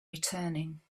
returning